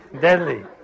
Deadly